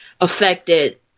affected